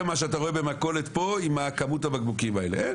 מה שאתה רואה במכולת פה עם כמות הבקבוקים האלה.